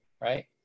right